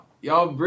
y'all